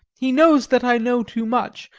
he knows that i know too much,